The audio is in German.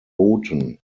boten